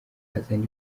azana